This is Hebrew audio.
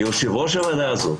כיושב ראש הוועדה הזו,